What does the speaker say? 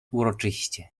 uroczyście